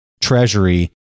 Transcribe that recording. treasury